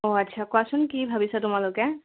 অঁ আচ্ছা কোৱাচোন কি ভাবিছা তোমালোকে